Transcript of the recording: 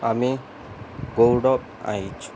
আমি গৌরব আইচ